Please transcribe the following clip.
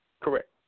Correct